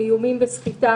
איומים וסחיטה